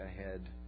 ahead